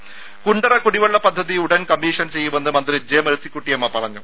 രുഭ കുണ്ടറ കുടിവെള്ള പദ്ധതി ഉടൻ കമ്മീഷൻ ചെയ്യുമെന്ന് മന്ത്രി ജെ മേഴ്സിക്കുട്ടിയമ്മ പറഞ്ഞു